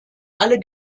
alle